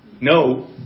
No